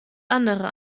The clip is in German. andere